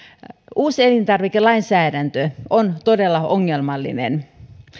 uuselintarvikelainsäädäntö on todella ongelmallinen